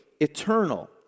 eternal